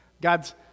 God's